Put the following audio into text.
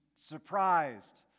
surprised